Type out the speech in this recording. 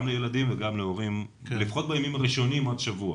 גם לילדים וגם להורים לפחות בימים הראשונים עד שבוע.